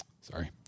Sorry